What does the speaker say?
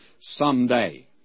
someday